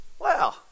wow